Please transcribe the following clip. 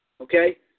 Okay